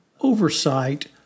oversight